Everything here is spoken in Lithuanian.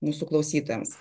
mūsų klausytojams